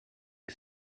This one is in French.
que